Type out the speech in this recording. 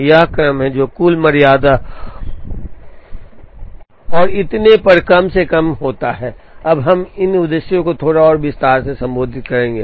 वह क्रम जो कुल मर्यादा और इतने पर कम से कम होता है अब हम इन उद्देश्यों को थोड़ा और विस्तार से संबोधित करेंगे